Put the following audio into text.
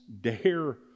Dare